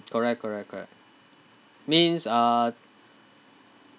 correct correct correct means uh